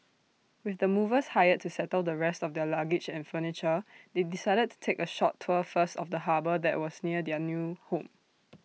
with the movers hired to settle the rest of their luggage and furniture they decided to take A short tour first of the harbour that was near their new home